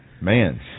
man